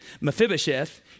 Mephibosheth